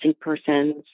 persons